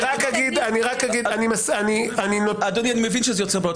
אני מבין שזה יוצר בעיות.